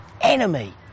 enemy